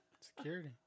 Security